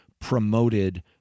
promoted